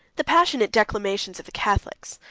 the passionate declamations of the catholics,